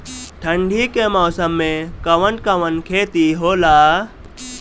ठंडी के मौसम में कवन कवन खेती होला?